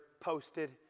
posted